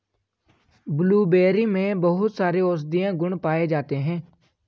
blueberry में बहुत सारे औषधीय गुण पाये जाते हैं